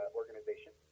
organization